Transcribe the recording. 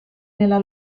nella